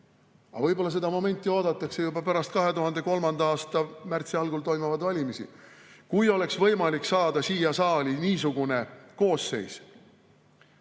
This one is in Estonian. Võib-olla seda momenti oodatakse juba pärast 20[2]3. aasta märtsi algul toimuvaid valimisi, kui oleks võimalik saada siia saali niisugune koosseis,